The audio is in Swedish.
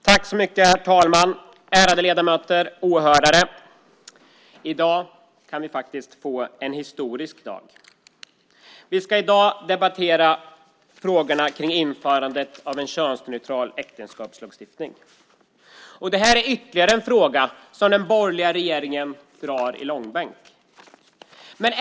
Herr talman! Ärade ledamöter! Åhörare! I dag kan vi få en historisk dag. Vi ska i dag debattera frågan om införandet av en könsneutral äktenskapslagstiftning. Detta är ytterligare en fråga som den borgerliga regeringen drar i långbänk.